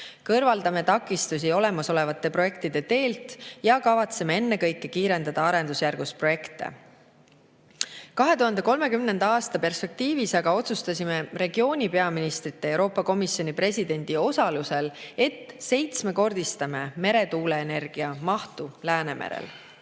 Kõrvaldame takistusi olemasolevate projektide teelt ja kavatseme ennekõike kiirendada arendusjärgus projekte.2030. aasta perspektiivis aga otsustasime regiooni peaministrite ja Euroopa Komisjoni presidendi osalusel, et seitsmekordistame meretuuleenergia mahtu Läänemerel.